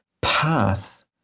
path